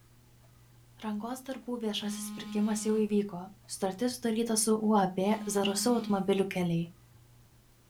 rangos darbų viešasis pirkimas jau įvyko sutartis sudaryta su uab zarasų automobilių keliai